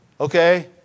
okay